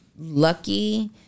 lucky